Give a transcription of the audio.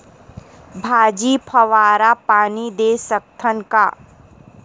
भाजी फवारा पानी दे सकथन का?